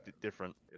different